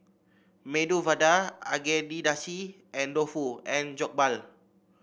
Medu Vada Agedashi and Dofu and Jokbal